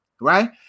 right